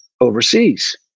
overseas